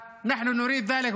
לפתוח בתנחומים